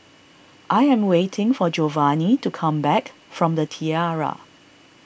I am waiting for Jovanny to come back from the Tiara